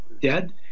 dead